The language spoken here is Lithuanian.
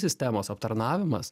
sistemos aptarnavimas